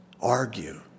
argue